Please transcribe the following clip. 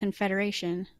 confederation